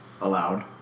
allowed